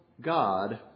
God